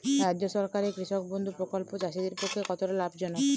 রাজ্য সরকারের কৃষক বন্ধু প্রকল্প চাষীদের পক্ষে কতটা লাভজনক?